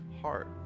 heart